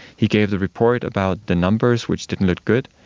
he gave the report about the numbers, which didn't look good,